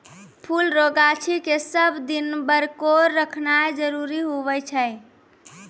फुल रो गाछी के सब दिन बरकोर रखनाय जरूरी हुवै छै